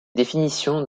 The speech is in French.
définitions